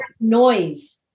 noise